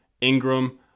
Ingram